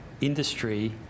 industry